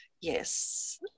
yes